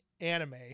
anime